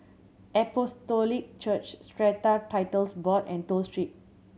Apostolic Church Strata Titles Board and Toh Street